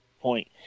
point